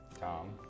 Tom